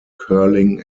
curling